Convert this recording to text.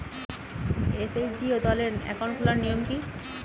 SHG দলের account খোলার নিয়ম কী?